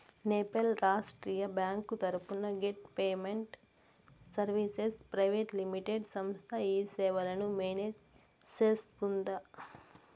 Nepal Rashtriya bank తరపున gate payment services private limited సంస్థ ఈ సేవలను మేనేజ్ సేస్తుందా?